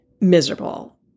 miserable